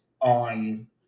on